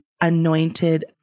anointed